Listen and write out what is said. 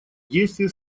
действия